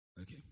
Okay